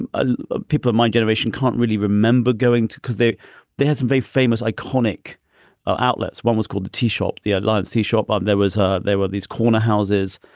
and ah ah people of my generation can't really remember going to because they they had some very famous iconic ah outlets. one was called the teashop, the alliance teashop. um there was ah there were these corner houses.